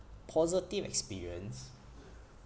positive experience